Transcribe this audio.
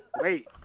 Wait